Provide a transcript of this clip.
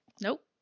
Nope